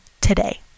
today